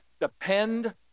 Depend